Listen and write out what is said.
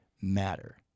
matter